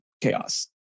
chaos